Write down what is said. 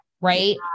right